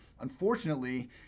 Unfortunately